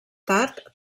tard